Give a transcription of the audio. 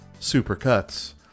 supercuts